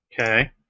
Okay